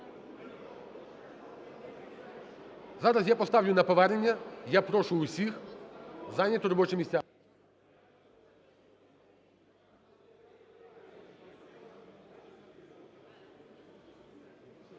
Зараз я поставлю на повернення, я прошу усіх зайняти робочі місця.